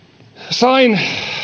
sain